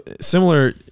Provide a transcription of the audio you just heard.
similar